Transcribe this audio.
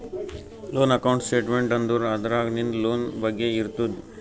loan account statement ಅಂದುರ್ ಅದ್ರಾಗ್ ನಿಂದ್ ಲೋನ್ ಬಗ್ಗೆ ಇರ್ತುದ್